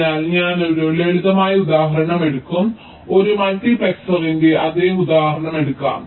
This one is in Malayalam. അതിനാൽ ഞാൻ ഒരു ലളിതമായ ഉദാഹരണം എടുക്കും ഒരു മൾട്ടിപ്ലക്സറിന്റെ അതേ ഉദാഹരണം എടുക്കും